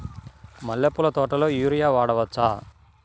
మల్లె పూల తోటలో యూరియా వాడవచ్చా?